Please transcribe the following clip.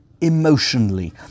emotionally